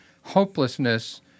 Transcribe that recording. hopelessness